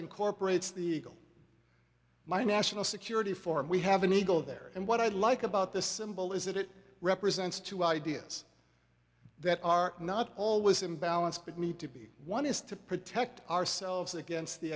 incorporates the my national security form we have an eagle there and what i like about this symbol is that it represents two ideas that are not always imbalance but me to be one is to protect ourselves against the